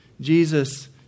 Jesus